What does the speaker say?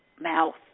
mouth